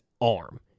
arm